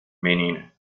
meaning